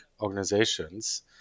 organizations